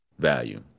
value